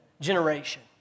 generation